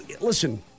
listen